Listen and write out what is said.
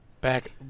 back